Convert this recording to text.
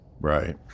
right